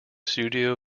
studio